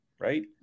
Right